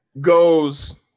goes